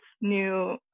new